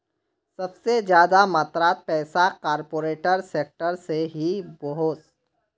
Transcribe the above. सबसे ज्यादा मात्रात पैसा कॉर्पोरेट सेक्टर से ही वोसोह